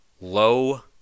low